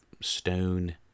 stone